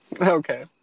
Okay